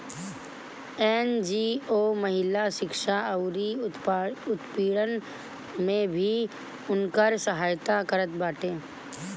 NGO महिला शिक्षा अउरी उत्पीड़न में भी उनकर सहायता करत बाटे